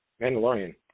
Mandalorian